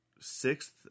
sixth